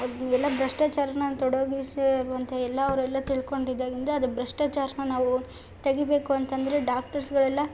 ಅದು ಎಲ್ಲ ಭ್ರಷ್ಟಾಚಾರನ ತೊಡಗಿಸಿ ಇರುವಂತಹ ಎಲ್ಲ ಅವರೆಲ್ಲ ತಿಳ್ಕೊಂಡಿದ್ದರಿಂದ ಅದು ಭ್ರಷ್ಟಾಚಾರನ ನಾವು ತೆಗಿಬೇಕು ಅಂತಂದರೆ ಡಾಕ್ಟರ್ಸ್ಗಳೆಲ್ಲ